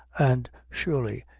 and surely,